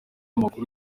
amakuru